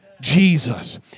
Jesus